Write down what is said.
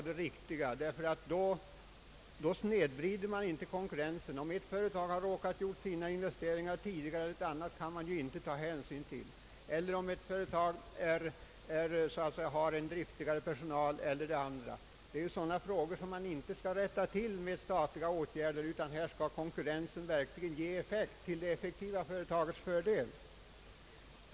Det förhållandet att ett företag har råkat göra sina investeringar tidigare än ett annat kan man inte ta hänsyn till, eller att ett företag har en driftigare personal än ett annat. Sådana saker skall inte rättas till genom statliga åtgärder, utan här skall konkurrensen ge utslag till det effektiva företagets fördel.